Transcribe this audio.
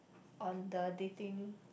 on the dating